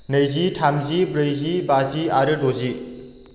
नैजि थामजि ब्रैजि बाजि आरो द'जि